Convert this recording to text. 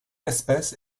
espèce